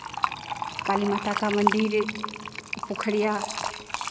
काली माता का मंदिर पोखरिया